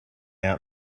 out